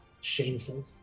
Shameful